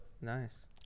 Nice